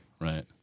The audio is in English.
right